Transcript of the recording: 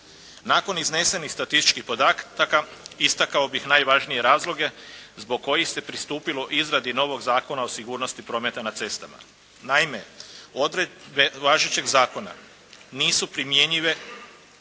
Nakon iznesenih statističkih podataka istakao bih najvažnije razloge zbog kojih se pristupilo izradi novog Zakona o sigurnosti prometa na cestama. Naime, odredbe važećeg zakona nisu primjenjive